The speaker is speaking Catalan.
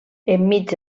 enmig